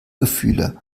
gefühle